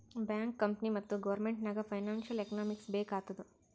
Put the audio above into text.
bank, company ಮತ್ತ government ನಾಗ್ financial economics ಬೇಕ್ ಆತ್ತುದ್